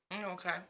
okay